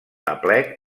aplec